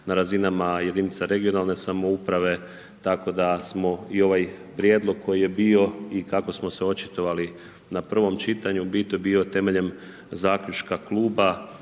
na razinama jedinica regionalne samouprave, tako da smo i ovaj prijedlog koji je bio i kako smo se očitovali na prvom čitanju u biti bio temeljem zaključka kluba